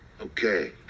Okay